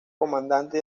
comandante